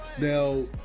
Now